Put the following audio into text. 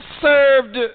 served